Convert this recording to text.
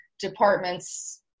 departments